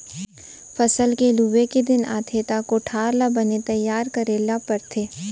फसल के लूए के दिन आथे त कोठार ल बने तइयार करे ल परथे